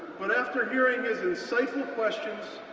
but after hearing his insightful questions,